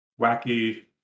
wacky